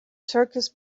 circus